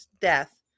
death